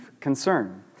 concern